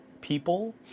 people